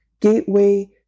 gateway